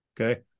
Okay